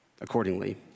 Accordingly